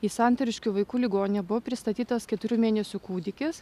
į santariškių vaikų ligoninę buvo pristatytas keturių mėnesių kūdikis